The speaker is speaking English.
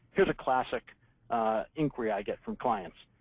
here's a classic inquiry i get from clients.